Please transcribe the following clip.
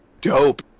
dope